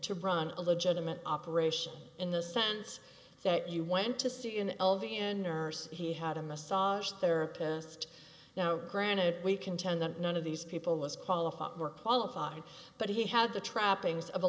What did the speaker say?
to run a legitimate operation in the sense that you went to see in l v and nurse he had a massage therapist now granted we contend that none of these people is qualified or qualified but he had the trappings of a